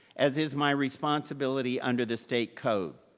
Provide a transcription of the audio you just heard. as is my responsibility under the state code.